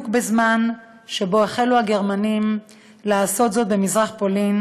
בזמן שבו החלו הגרמנים לעשות זאת במזרח פולין,